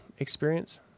experience